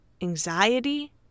anxiety